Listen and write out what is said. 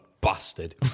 bastard